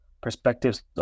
Perspectives